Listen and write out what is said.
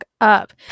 up